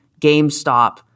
GameStop